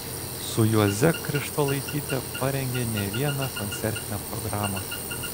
su juoze krištolaityte parengė ne vieną koncertinę programą